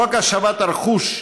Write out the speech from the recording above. חוק השבת הרכוש,